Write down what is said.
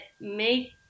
make